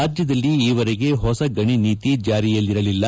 ರಾಜ್ಯದಲ್ಲಿ ಈವರೆಗೆ ಹೊಸ ಗಣಿ ನೀತಿ ಜಾರಿಯಲ್ಲಿರಲಿಲ್ಲ